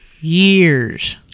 Years